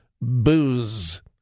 booze